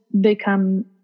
become